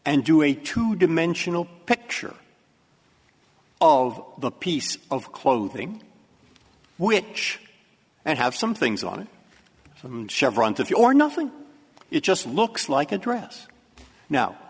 and do a two dimensional picture of the piece of clothing which and have some things on it from chevron to the or nothing it just looks like a dress now